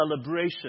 celebration